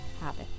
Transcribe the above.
habit